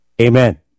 Amen